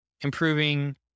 improving